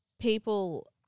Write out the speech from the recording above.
people